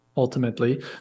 ultimately